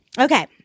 okay